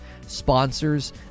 sponsors